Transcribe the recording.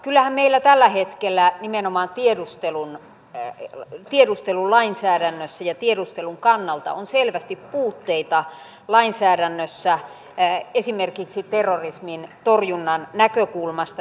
kyllähän meillä tällä hetkellä nimenomaan tiedustelun kannalta on selvästi puutteita lainsäädännössä esimerkiksi terrorismin torjunnan näkökulmasta